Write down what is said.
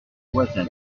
voisin